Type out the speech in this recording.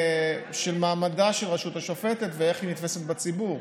של מעמדה של הרשות השופטת ואיך היא נתפסת בציבור,